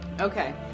Okay